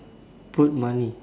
put money